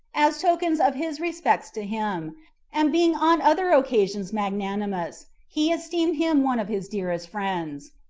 as tokens of his respects to him and being on other occasions magnanimous, he esteemed him one of his dearest friends.